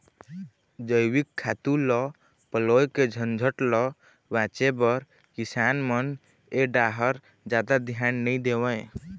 जइविक खातू ल पलोए के झंझट ल बाचे बर किसान मन ए डाहर जादा धियान नइ देवय